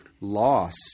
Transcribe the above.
loss